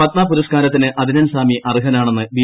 പദ്മ പുരസ്കാരത്തിന് അദ്നൻ സാമി അർഹനാണെന്ന് ബി